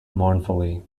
mournfully